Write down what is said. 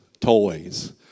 toys